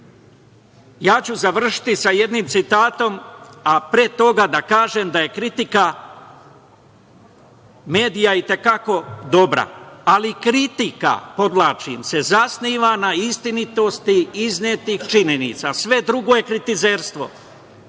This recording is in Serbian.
ja ću završiti sa jednim citatom, a pre toga da kažem da je kritika medija i te kako dobra, ali kritika, podvlačim, se zasniva na istinitosti iznetih činjenica. Sve drugo je kritizerstvo.